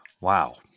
Wow